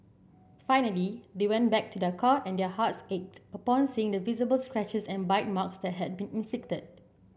finally they went back to their car and their hearts ached upon seeing the visible scratches and bite marks that had been inflicted